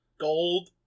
Gold